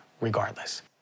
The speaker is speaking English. regardless